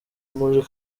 muri